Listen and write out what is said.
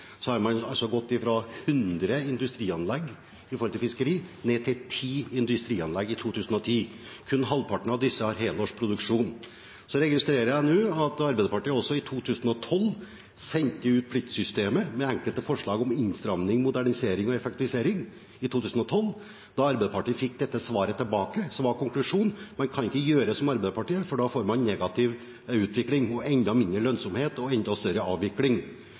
har man altså gått ifra hundre industrianlegg for fiskeri ned til ti industrianlegg i 2010. Kun halvparten av disse har helårsproduksjon. Jeg registrerer nå at Arbeiderpartiet også i 2012 sendte ut enkelte forslag om innstramming, modernisering og effektivisering av pliktsystemet. Da fikk Arbeiderpartiet dette svaret tilbake, som var konklusjonen, at man kan ikke gjøre som Arbeiderpartiet, for da får man negativ utvikling og enda mindre lønnsomhet og enda større avvikling.